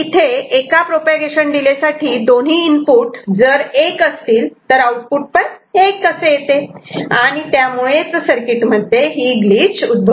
तर इथे एका प्रोपागेशन डिले साठी दोन्ही इनपुट जर 1 असतील तर आउटपुट पण 1 असे येते आणि त्यामुळेच सर्किट मध्ये ग्लिच उद्भवते